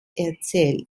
erzählt